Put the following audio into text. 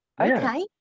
okay